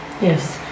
Yes